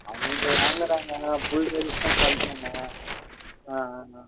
அவங்க வாங்குறாங்க full service தான் பண்ணுறாங்க ஆ ஆ ஆ